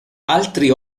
altri